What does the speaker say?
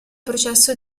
processo